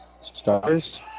Stars